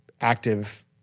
active